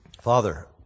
Father